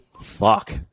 fuck